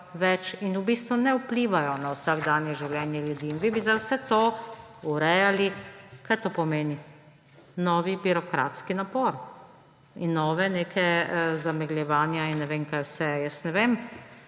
in v bistvu ne vplivajo na vsakdanje življenje ljudi. In vi bi zdaj vse to urejali. Kaj to pomeni? Nov birokratski napor in nova zamegljevanja in ne vem, kaj vse. Jaz ne vem,